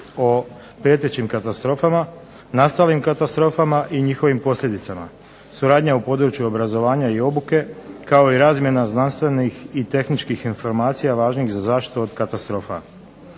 o prijetećim katastrofama, nastalim katastrofama i njihovim posljedicama, suradnja u području obrazovanja i obuke kao i razmjena znanstvenih i tehničkih informacija važnih za zaštitu od katastrofa.